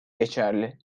geçerli